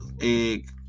egg